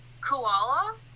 koala